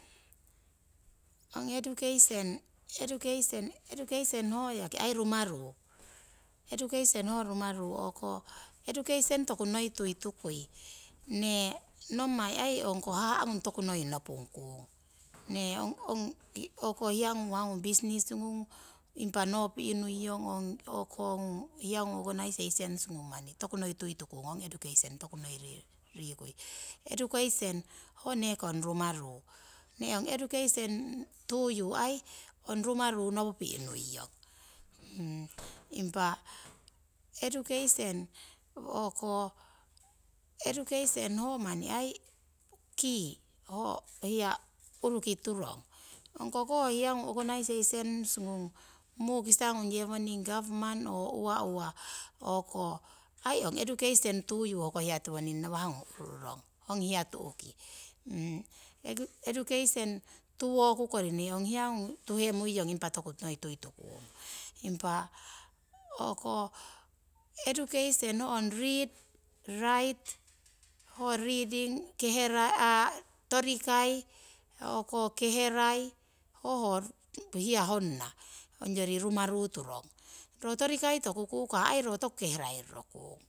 Ong education ho yaki aii rumani. Education toku noi tuietú kuie ne ong ko hahuh tokunoi nopung kung. Ong hia kung u'wah kung, business kung, organisation kung manni toku noi tuitú kung ong education ruhokore ne aii ong rumaiu toku noi rehemú kung. Impah education ho aii manni hia key u'ruki turong. Ong hia tuki aii ong education túyu u'rukong. Education yaki ong tonikai yi kie herai. Ro torikai tokukah aii toku kierai roro kung.